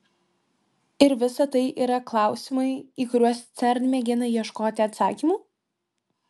ir visa tai yra klausimai į kuriuos cern mėgina ieškoti atsakymų